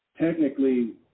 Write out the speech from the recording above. technically